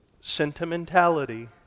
sentimentality